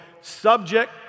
subject